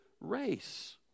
race